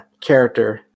character